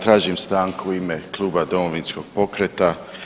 Tražim stanku u ime Kluba Domovinskog pokreta.